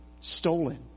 stolen